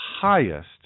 highest